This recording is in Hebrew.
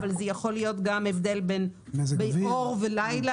אבל זה יכול להיות גם הבדל בין אור ולילה,